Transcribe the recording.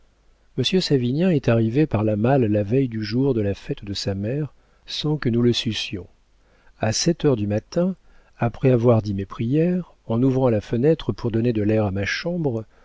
savinien est arrivé par la malle la veille du jour de la fête de sa mère sans que nous le sussions a sept heures du matin après avoir dit mes prières en ouvrant la fenêtre pour donner de l'air à ma chambre